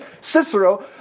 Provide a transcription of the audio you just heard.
Cicero